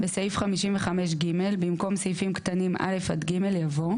בסעיף 55ג, במקום סעיפים קטנים (א) עד (ג) יבוא: